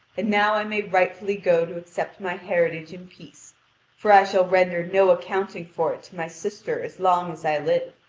and now i may rightfully go to accept my heritage in peace for i shall render no accounting for it to my sister as long as i live,